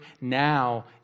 now